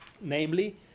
Namely